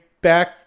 back